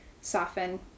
soften